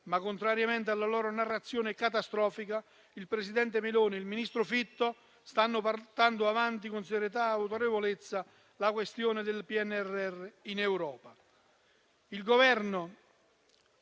Contrariamente però alla loro narrazione catastrofica, però, il presidente Meloni e il ministro Fitto stanno portando avanti con serietà e autorevolezza la questione del PNRR in Europa. La speranza